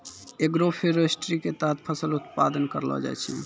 agroforestry के तहत फसल उत्पादन करलो जाय छै